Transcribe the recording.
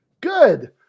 Good